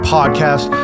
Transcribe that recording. Podcast